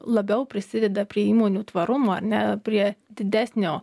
labiau prisideda prie įmonių tvarumo ar ne prie didesnio